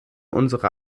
unsere